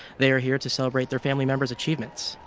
they are here to celebrate their family members' achievements,